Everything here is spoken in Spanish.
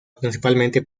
principalmente